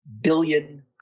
billion